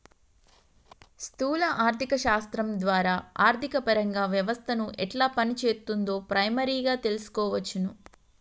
స్థూల ఆర్థిక శాస్త్రం ద్వారా ఆర్థికపరంగా వ్యవస్థను ఎట్లా పనిచేత్తుందో ప్రైమరీగా తెల్సుకోవచ్చును